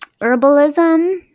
herbalism